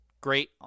great